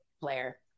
player